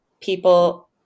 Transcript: People